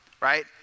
right